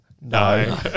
no